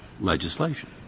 legislation